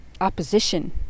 opposition